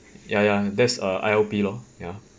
ya ya that's a I_L_P lor ya